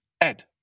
Ed